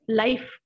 life